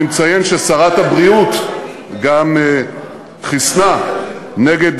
אני מציין ששרת הבריאות גם חיסנה נגד